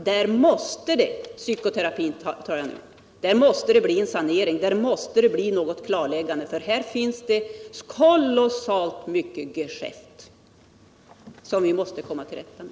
Där måste det bli en sanering i fråga om psykoterapin. Det måste göras ett klarläggande, för här finns det kolossalt mycket geschäft som vi är tvungna att komma till rätta med.